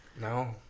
no